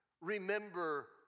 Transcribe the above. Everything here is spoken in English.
Remember